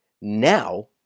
now